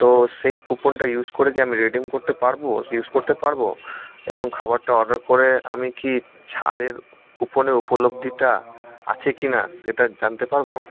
তো সেই কুপনটা ইউস করে কি আমি রেডিম করতে পারবো ইউস করতে পারবো এবং খাবারটা অর্ডার করে আমি কি ছাড়ের কুপনে উপলব্ধিটা আছে কি না সেটা জানতে পারবো